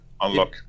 unlock